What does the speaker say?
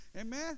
Amen